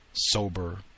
sober